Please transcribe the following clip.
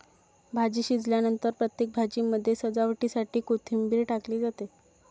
भाजी शिजल्यानंतर प्रत्येक भाजीमध्ये सजावटीसाठी कोथिंबीर टाकली जाते